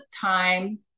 time